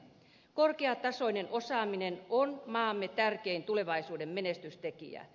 korkeatasoinen osaaminen on maamme tärkein tulevaisuuden menestystekijä